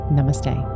Namaste